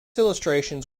illustrations